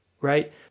right